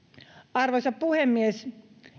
arvoisa puhemies